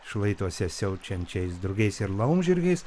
šlaituose siaučiančiais drugiais ir laumžirgiais